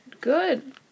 Good